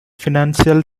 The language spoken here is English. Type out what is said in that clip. financial